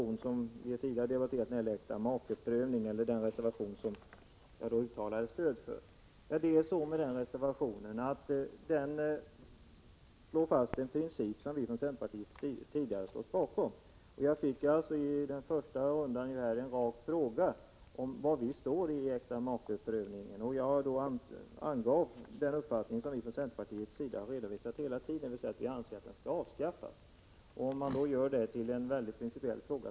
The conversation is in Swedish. Jag uttalade tidigare stöd för moderaternas och folkpartiets reservation om äktamakeprövningen. I denna reservation slår man fast en princip som vi från centerpartiet tidigare har stått bakom. Jag fick i den första replikrundan en rak fråga om var vi står när det gäller äktamakeprövningen. Jag angav den uppfattning som vi från centerpartiets sida har redovisat hela tiden. Vi anser att äktamakeprövningen skall avskaffas. Nu gör Ralf Lindström detta till en principiell fråga.